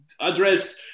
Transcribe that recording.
address